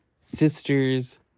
sister's